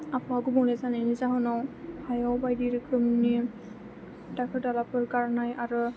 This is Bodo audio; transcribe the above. आबहावा गुबुंले जानायनि जाहोनाव हायाव बायदि रोखोमनि दाखोर दालाफोर गारनाय आरो